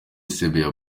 sebeya